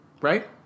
Right